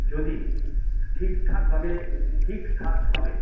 যদি ঠিকঠাকভাবে ঠিকঠাকভাবে